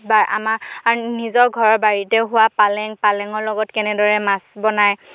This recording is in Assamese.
আমাৰ নিজৰ ঘৰৰ বাৰীতে হোৱা পালেং পালেঙৰ লগত কেনেদৰে মাছ বনায়